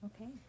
Okay